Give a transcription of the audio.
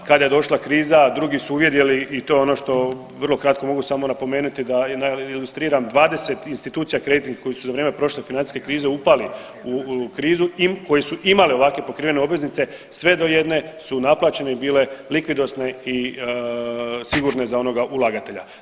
Kada je došla kriza drugi su uvidjeli i to je ono što vrlo kratko mogu samo napomenuti da ilustriram, 20 institucija kreditnih koji su za vrijeme prošle financijske krize upali u krizu, koji su imali ovakve pokrivene obveznice sve do jedne su naplaćene i bile likvidosne i sigurne za onoga ulagatelja.